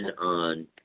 on